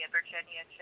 Virginia